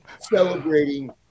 celebrating